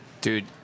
dude